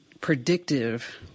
predictive